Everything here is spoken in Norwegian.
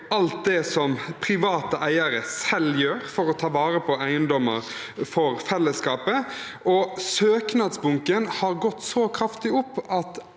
alt det som private eiere selv gjør for å ta vare på eiendommer for fellesskapet. Søknadsbunken har gått kraftig opp,